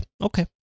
okay